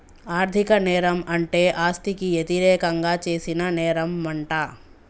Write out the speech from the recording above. ఆర్ధిక నేరం అంటే ఆస్తికి యతిరేకంగా చేసిన నేరంమంట